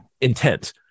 intent